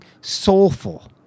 soulful